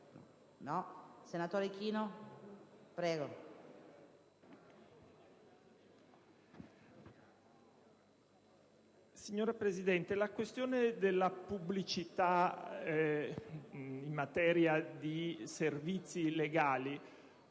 Signora Presidente, la questione della pubblicità in materia di servizi legali